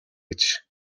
гэж